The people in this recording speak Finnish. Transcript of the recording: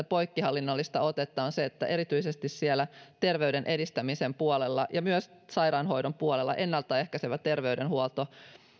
poikkihallinnollista otetta on se että erityisesti terveyden edistämisen puolella ja myös sairaanhoidon puolella ennaltaehkäisevää terveydenhuoltoa